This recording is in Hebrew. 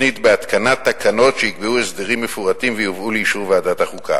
מותנית בהתקנת תקנות שיקבעו הסדרים מפורטים ויובאו לאישור ועדת החוקה.